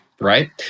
right